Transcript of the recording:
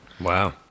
Wow